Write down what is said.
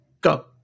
Go